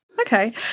Okay